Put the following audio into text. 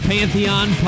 Pantheon